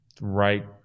right